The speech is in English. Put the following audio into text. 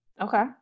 okay